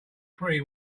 pretty